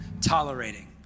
tolerating